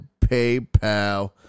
PayPal